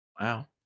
wow